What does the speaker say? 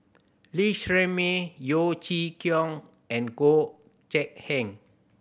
Lee Shermay Yeo Chee Kiong and Goh Gek Heng